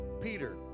Peter